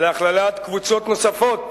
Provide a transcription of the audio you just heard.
להכללת קבוצות נוספות